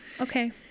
okay